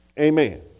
Amen